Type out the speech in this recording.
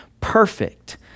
perfect